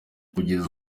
kugeza